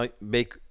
make